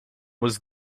was